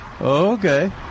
Okay